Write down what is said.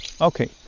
Okay